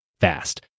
fast